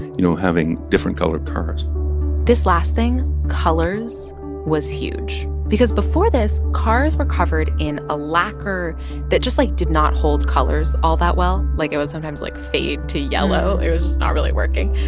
you know, having different colored cars this last thing colors was huge because before this, cars were covered in a lacquer that just, like, did not hold colors all that well. like, it would sometimes, like, fade to yellow. it was just not really working.